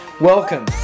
Welcome